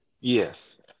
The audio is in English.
Yes